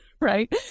right